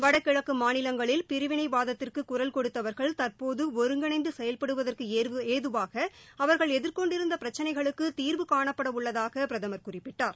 வடகிழக்கு மாநிலங்களில் பிரிவினைவாதத்திற்கு குரல் கொடுத்தவர்கள் தற்போது ஒருங்கிணைந்து செயல்படுபவதற்கு ஏதுவாக அவர்கள் எதிர்கொண்டிருந்த பிரச்னைகளுக்கு தீர்வு காணப்பட உள்ளதாக பிரதமர் குறிப்பிட்டார்